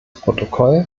protokoll